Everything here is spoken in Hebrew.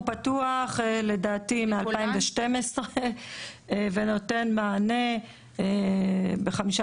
הוא פתוח לדעתי מ-2012 ונותן מענה חמישה